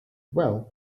well